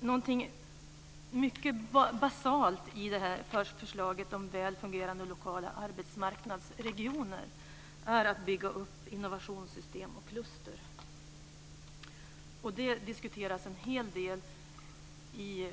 Någonting mycket basalt i förslaget om väl fungerande lokala arbetsmarknadsregioner är att bygga upp innovationssystem och kluster. Det diskuteras en hel del i